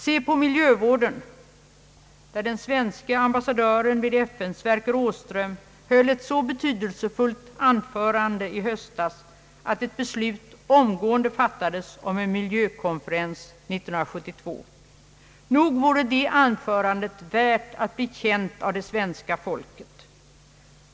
Se på miljövården, där den svenske ambassadören vid FN, Sverker Åström, höll ett så betydelsefullt anförande i höstas att ett beslut omgående fattades om en miljökonferens 1972! Nog vore det anförandet värt att bli känt av det svenska folket.